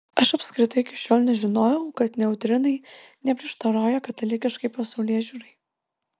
aš apskritai iki šiol nežinojau kad neutrinai neprieštarauja katalikiškai pasaulėžiūrai